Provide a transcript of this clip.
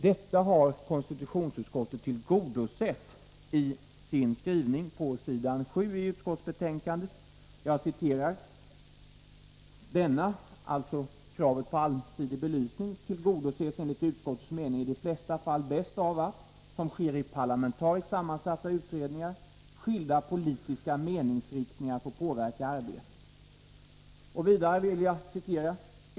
Detta har konstitutionsutskottet tillgodosett i sin skrivning på s. 7 i utskottsbetänkandet, där det om kravet på en allsidig belysning står: ”Denna tillgodoses enligt utskottets mening i de flesta fall bäst av att — som sker i parlamentariskt sammansatta utredningar — skilda politiska meningsriktningar får påverka utredningsarbetet.